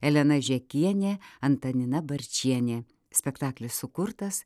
elena žekienė antanina barčienė spektaklis sukurtas